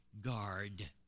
guard